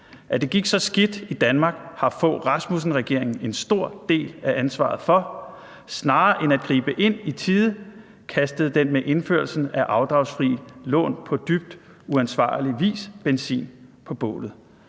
At det gik så skidt i Danmark, har Fogh Rasmussen-regeringen en stor del af ansvaret for; snarere end at gribe ind i tide kastede den med indførelsen af afdragsfrie lån på dybt uansvarlig vis benzin på bålet.«